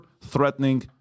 threatening